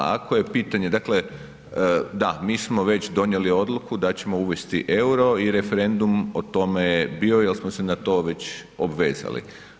Ako je pitanje, dakle da, mi smo već donijeli odluku da ćemo uvesti EUR-o i referendum o tome je bio jel smo se na to već obvezali.